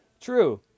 True